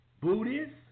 Buddhists